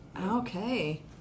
Okay